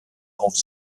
auf